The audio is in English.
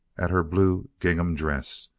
at her blue gingham dress.